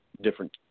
different